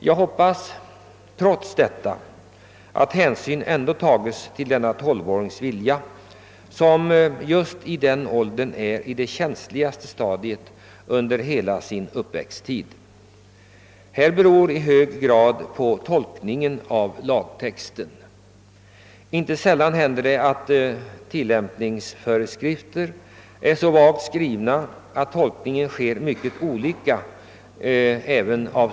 Jag hoppas trots detta att hänsyn tages till denna tolvårings vilja, ty just denna ålder är det känsligaste stadiet under hela uppwväxttiden. Förfarandet i detta sammanhang beror i hög grad på tolkningen av lagtexten. Inte sällan händer det att tilllämpningsföreskrifter är så vagt skrivna att samma paragraf uppfattas mycket olika.